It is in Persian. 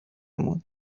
مون